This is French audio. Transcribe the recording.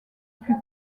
plus